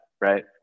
right